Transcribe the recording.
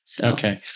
Okay